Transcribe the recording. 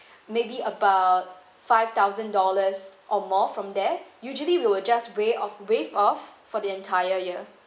maybe about five thousand dollars or more from there usually we will just waive off waive off for the entire year